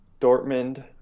Dortmund